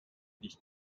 dich